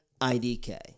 IDK